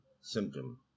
symptom